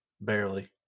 Barely